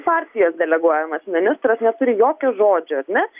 partijos deleguojamas ministras neturi jokio žodžio ar ne